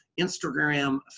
Instagram